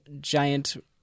giant